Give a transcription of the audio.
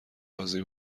راضی